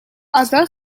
other